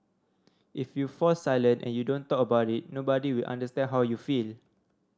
if you fall silent and you don't talk about it nobody will understand how you feel